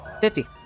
fifty